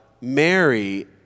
Mary